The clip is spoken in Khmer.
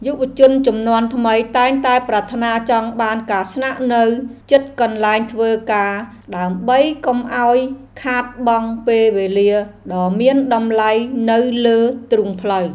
យុវជនជំនាន់ថ្មីតែងតែប្រាថ្នាចង់បានការស្នាក់នៅជិតកន្លែងធ្វើការដើម្បីកុំឱ្យខាតបង់ពេលវេលាដ៏មានតម្លៃនៅលើទ្រូងផ្លូវ។